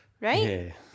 right